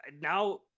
now